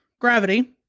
gravity